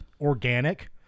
organic